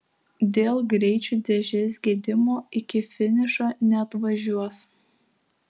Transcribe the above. dėl greičių dėžės gedimo iki finišo neatvažiuos